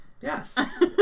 Yes